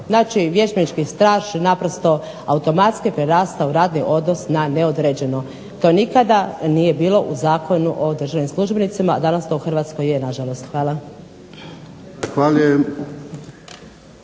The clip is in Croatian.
Znači, vježbenički staž naprosto automatski je prerastao u radni odnos na neodređeno. To nikada nije bilo u Zakonu o državnim službenicima. Danas to u Hrvatskoj je, na žalost. Hvala.